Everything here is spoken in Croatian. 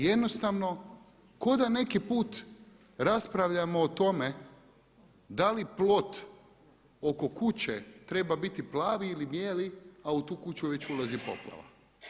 I jednostavno kao da neki put raspravljamo o tome da li plot oko kuće treba biti plavi ili bijeli a u tu kuću već ulazi poplava.